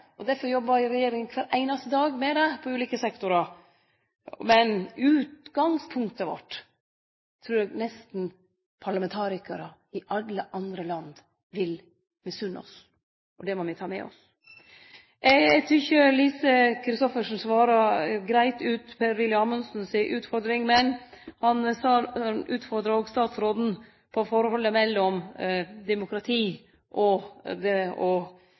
betre. Derfor jobbar regjeringa kvar einaste dag med det, på ulike sektorar. Men utgangspunktet vårt trur eg nesten parlamentarikarar i alle andre land vil misunne oss. Det må me ta med oss. Eg tykkjer Lise Christoffersen svara greitt på Per-Willy Amundsen si utfordring, men han utfordra òg statsråden på forholdet mellom demokrati og det å drive integrering og